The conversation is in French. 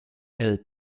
elle